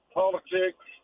politics